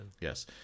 Yes